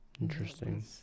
Interesting